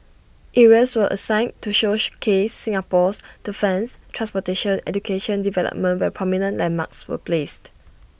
areas were assigned to showcase Singapore's defence transportation education and development where prominent landmarks were placed